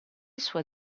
sua